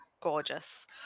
gorgeous